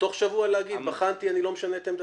ותוך שבוע להגיב בחנתי, אני לא משנה את עמדתי.